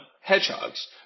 hedgehogs